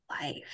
life